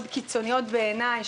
בעיניי,